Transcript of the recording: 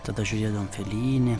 tada žiūrėdavom felini